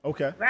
Okay